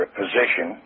position